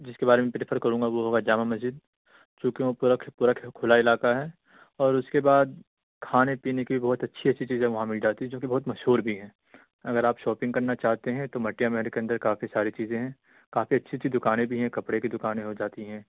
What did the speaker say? جس کے بارے میں پریفر کروں گا وہ ہوگا جامع مسجد چونکہ وہاں پورا کھلا علاقہ ہے اور اس کے بعد کھانے پینے کی بہت اچھی اچھی چیزیں وہاں مل جاتی ہے جو کہ بہت مشہور بھی ہیں اگر آپ شاپنگ کرنا چاہتے ہیں تو مٹیا محل کے اندر کافی ساری چیزیں ہیں کافی اچھی اچھی دکانیں بھی ہیں کپڑے کی دکانیں ہو جاتی ہیں